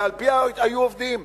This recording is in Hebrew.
ועל-פיה היו עובדים.